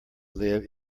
live